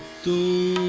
do